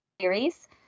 series